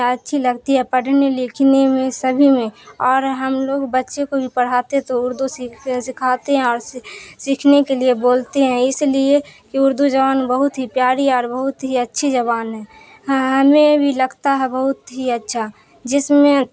اچھی لگتی ہے پڑھنے لکھنے میں سبھی میں اور ہم لوگ بچے کو بھی پڑھاتے تو اردو سیکھتے سکھاتے ہیں اور سی سیکھنے کے لیے بولتے ہیں اس لیے کہ اردو زبان بہت ہی پیاری اور بہت ہی اچھی زبان ہے ہمیں بھی لگتا ہے بہت ہی اچھا جس میں